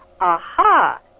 aha